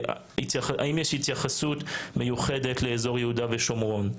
האם יש בתוכנית הלאומית גם התייחסות מיוחדת לאזור יהודה ושומרון?